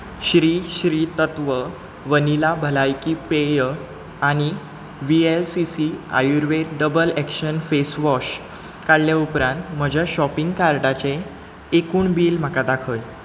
Shri Shri Tattva vanilla भलायकी पेय आनी V L C C Ayurveda double action face wash काडल्या उपरांत म्हज्या शॉपिंग कार्टाचें एकूण बिल म्हाका दाखय